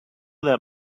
that